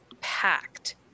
packed